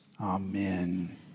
Amen